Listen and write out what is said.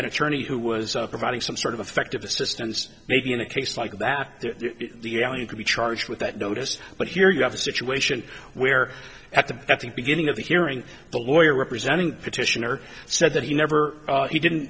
an attorney who was providing some sort of effective assistance maybe in a case like back to reality could be charged with that notice but here you have a situation where at the beginning of the hearing the lawyer representing the petitioner said that he never he didn't